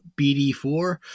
BD4